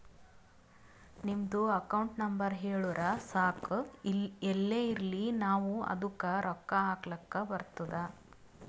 ನಿಮ್ದು account number ಹೇಳುರು ಸಾಕ್ ಎಲ್ಲೇ ಇರ್ಲಿ ನಾವೂ ಅದ್ದುಕ ರೊಕ್ಕಾ ಹಾಕ್ಲಕ್ ಬರ್ತುದ್